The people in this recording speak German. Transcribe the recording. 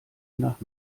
nach